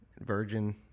Virgin